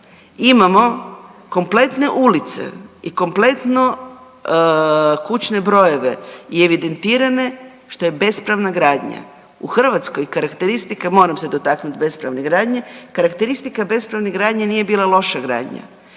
imamo kompletne ulice i kompletno kućne brojeve i evidentirane što je bespravna gradnja. U Hrvatskoj karakteristike, moram se dotaknut bespravne gradnje, karakteristika bespravne gradnje nije bila loša gradnja,